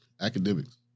academics